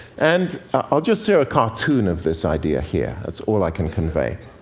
and i'll just share a cartoon of this idea here. it's all i can convey.